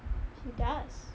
he does